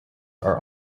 are